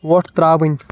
وۄٹھ ترٛاوٕنۍ